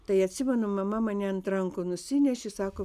tai atsimenu mama mane ant rankų nusinešė sako